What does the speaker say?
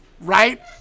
right